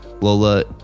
Lola